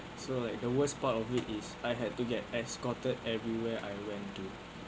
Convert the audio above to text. so like the worst part of it is I had to get escorted everywhere I went to